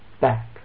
back